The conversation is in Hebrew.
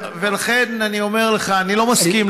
יודע, ולכן אני אומר לך, אני לא מסכים לכך.